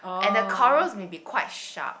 and the corals may be quite sharp